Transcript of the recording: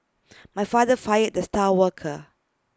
my father fired the star worker